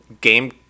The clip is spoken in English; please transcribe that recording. game